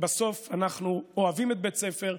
אנחנו אוהבים את בית הספר,